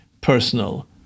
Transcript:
personal